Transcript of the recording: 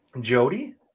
Jody